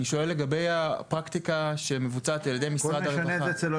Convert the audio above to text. אני שואל לגבי הפרקטיקה שמבוצעת על ידי משרד הרווחה.